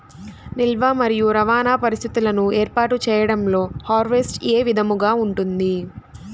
నిల్వ మరియు రవాణా పరిస్థితులను ఏర్పాటు చేయడంలో హార్వెస్ట్ ఏ విధముగా ఉంటుంది?